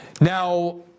Now